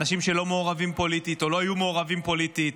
אנשים שהם לא מעורבים פוליטית או לא היו מעורבים פוליטית,